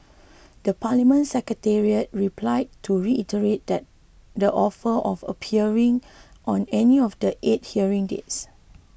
the Parliament Secretariat replied to reiterate that the offer of appearing on any of the eight hearing dates